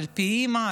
על פי אימא,